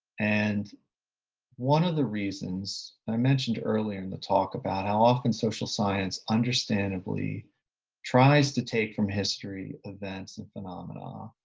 and one of the reasons i mentioned earlier in the talk about how often social science understandably tries to take from history, events and phenomena,